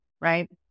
right